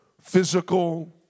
physical